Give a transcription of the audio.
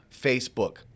Facebook